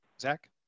Zach